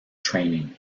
training